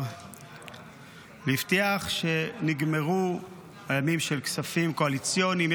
והבטיח שנגמרו הימים של כספים קואליציוניים.